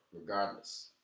Regardless